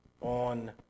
on